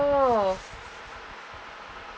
oh